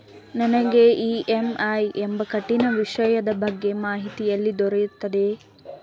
ನನಗೆ ಇ.ಎಂ.ಐ ಎಂಬ ಕಠಿಣ ವಿಷಯದ ಬಗ್ಗೆ ಮಾಹಿತಿ ಎಲ್ಲಿ ದೊರೆಯುತ್ತದೆಯೇ?